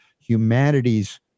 humanity's